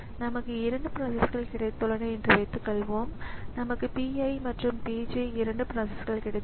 எனவே compilation job போன்றவை தனித்தனியாக வழங்கப்படுகின்றன எனவே அங்கே அவை கணினி செயல்முறைகள் ஆக இருக்கலாம்